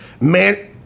man